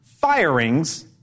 Firings